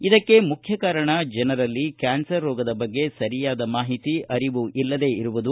ಇದಕ್ಕೆ ಮುಖ್ಯ ಕಾರಣ ಜನರಲ್ಲಿ ಕ್ಯಾನ್ಸರ್ ರೋಗದ ಬಗ್ಗೆ ಸರಿಯಾದ ಮಾಹಿತಿ ಅರಿವು ಇಲ್ಲದೇ ಇರುವುದು